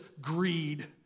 greed